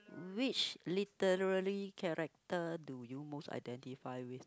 which literary character do you most identified with